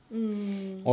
mm